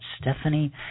Stephanie